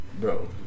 Bro